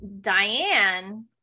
diane